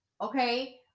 okay